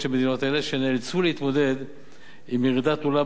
שנאלצו להתמודד עם ירידה תלולה בהכנסות עקב